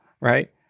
right